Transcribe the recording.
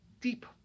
deep